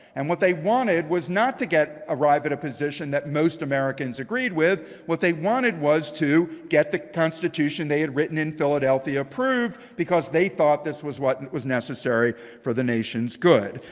and what they wanted was not to get arrived at a position that most americans agreed with. what they wanted was to get the constitution they had written in philadelphia approved, because they thought this was what and was necessary for the nation's good.